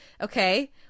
okay